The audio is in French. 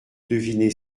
deviner